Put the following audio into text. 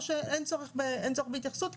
או שאין צורך בהתייחסות,